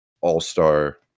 all-star